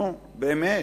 נו, באמת.